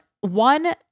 one